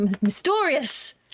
Mysterious